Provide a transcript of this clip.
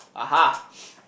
(uh huh)